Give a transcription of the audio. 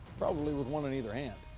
probably with one in either hand.